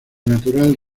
natural